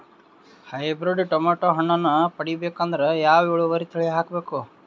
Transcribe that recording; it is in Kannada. ಹೈಬ್ರಿಡ್ ಟೊಮೇಟೊ ಹಣ್ಣನ್ನ ಪಡಿಬೇಕಂದರ ಯಾವ ಇಳುವರಿ ತಳಿ ಹಾಕಬೇಕು?